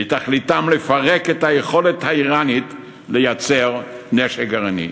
תכליתם לפרק את היכולת האיראנית לייצר נשק גרעיני,